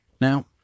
Now